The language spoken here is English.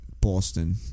Boston